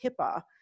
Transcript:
HIPAA